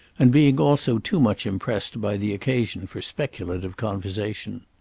and being also too much impressed by the occasion for speculative conversation.